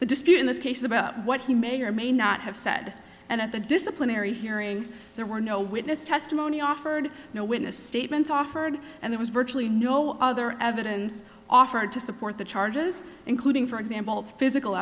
the dispute in this case about what he may or may not have said and at the disciplinary hearing there were no witness testimony offered no witness statements offered and there was virtually no other evidence offered to support the charges including for example physical